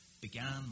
Began